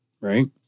Right